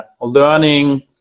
learning